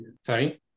sorry